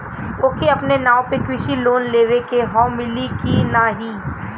ओके अपने नाव पे कृषि लोन लेवे के हव मिली की ना ही?